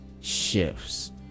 shifts